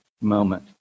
moment